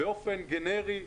באופן גנרי,